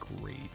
great